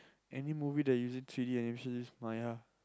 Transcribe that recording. any movie that using three-d animation use Maya